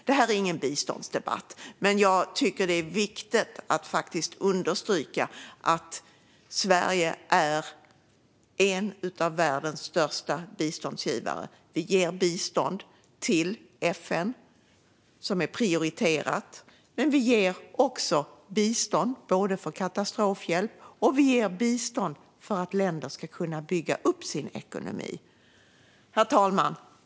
Det här är ingen biståndsdebatt, men jag tycker att det är viktigt att understryka att Sverige är en av världens största biståndsgivare. Vi ger bistånd till FN, som är prioriterat, men också till katastrofhjälp och för att länder ska kunna bygga upp sin ekonomi. Herr talman!